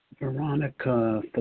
Veronica